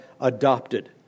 adopted